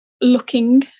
looking